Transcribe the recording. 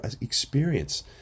experience